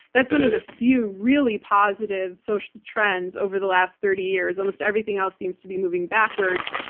that's one of the few really positive social trends over the last thirty years. almost everything else seems to be moving backwards,